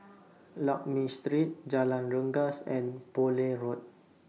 Lakme Street Jalan Rengas and Poole Road